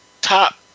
top